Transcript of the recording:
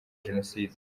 genocide